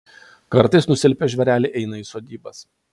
kartais nusilpę žvėreliai eina į sodybas